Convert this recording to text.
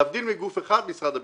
להבדיל מגוף אחד, משרד הביטחון.